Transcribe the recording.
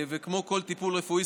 כמו כל טיפול רפואי,